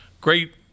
great